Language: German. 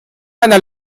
einer